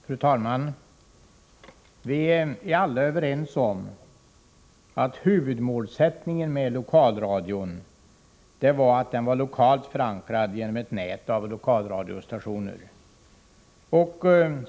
Fru talman! Vi är alla överens om att huvudmålsättningen med lokalradion var att den skulle vara lokalt förankrad genom ett nät av lokalradiostationer.